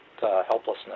helplessness